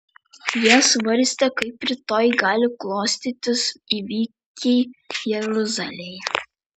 jie svarstė kaip rytoj gali klostytis įvykiai jeruzalėje